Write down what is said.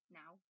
now